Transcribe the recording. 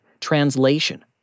Translation